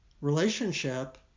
relationship